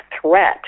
threat